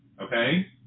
Okay